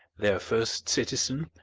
their first citizen,